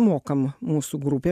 mokam mūsų grupėm